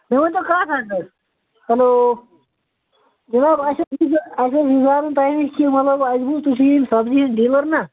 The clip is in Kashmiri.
مےٚ ؤنۍ تَو کتھ اکھ حظ ہَلو جِناب اَسہِ اوس اَسہِ اوس یہِ زانُن تُہۍ نِش کہِ مطلب اَسہِ بوٗز تُہۍ چھِ یِم سبزی ہِنٛدۍ ڈیٖلر نَہ